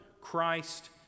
Christ